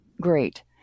great